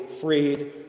freed